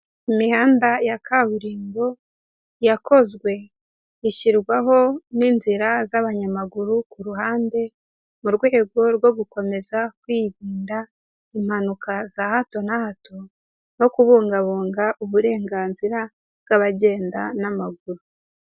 Imihanda ya kaburimbo yakozwe ishyirwaho n'inzira z'abanyamaguru ku ruhande, mu rwego rwo gukomeza kwirinda impanuka za hato na hato no kubungabunga uburenganzira bw'abagenda n'amaguru.